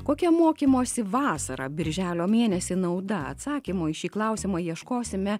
kokia mokymosi vasarą birželio mėnesį nauda atsakymo į šį klausimą ieškosime